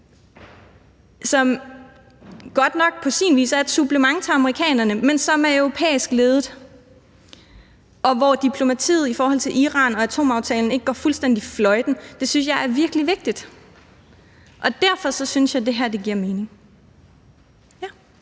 som godt nok på sin vis er et supplement til amerikanerne, men som er europæisk ledet, og at diplomatiet i forhold til Iran og atomaftalen ikke går fuldstændig fløjten, synes jeg er virkelig vigtigt. Derfor synes jeg, det her giver mening.